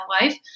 life